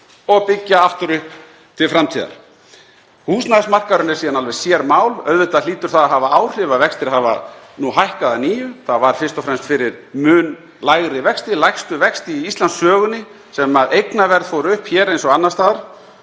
og byggja aftur upp til framtíðar. Húsnæðismarkaðurinn er síðan alveg sérmál. Auðvitað hlýtur það að hafa áhrif að vextir hafa hækkað að nýju. Það var fyrst og fremst fyrir mun lægri vexti, lægstu vexti í Íslandssögunni, sem eignaverð fór upp hér eins og annars staðar.